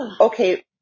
Okay